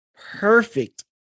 perfect